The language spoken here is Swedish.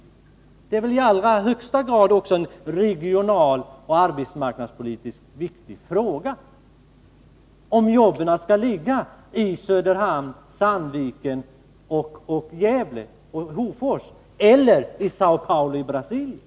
Det är väl i allra högsta grad också en regionalt och arbetsmarknadspolitiskt viktig fråga, om jobben skall ligga i Söderhamn, Sandviken, Gävle och Hofors eller i Säo Paulo i Brasilien.